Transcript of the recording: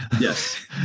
Yes